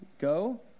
go